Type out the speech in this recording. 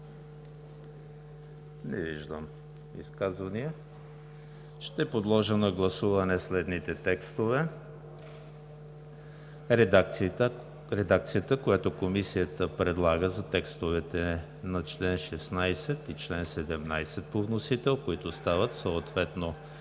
Не виждам. Подлагам на гласуване следните текстове: редакцията, която Комисията предлага за текстовете на чл. 16 и чл. 17 по вносител, които стават съответно